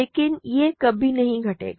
लेकिन यह कभी नहीं घटेगा